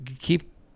Keep